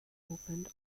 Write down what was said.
opened